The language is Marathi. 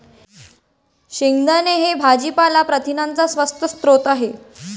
शेंगदाणे हे भाजीपाला प्रथिनांचा स्वस्त स्रोत आहे